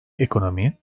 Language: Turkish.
ekonomi